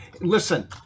Listen